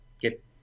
get